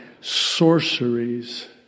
sorceries